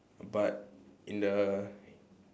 but in the